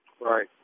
Right